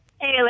Hey